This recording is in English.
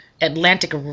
Atlantic